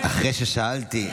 אחרי ששאלתי,